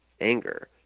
anger